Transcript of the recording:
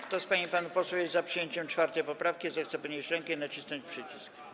Kto z pań i panów posłów jest za przyjęciem 4. poprawki, zechce podnieść rękę i nacisnąć przycisk.